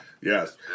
yes